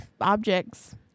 Objects